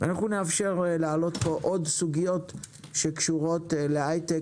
אנחנו נאפשר להעלות פה עוד סוגיות שקשורות להייטק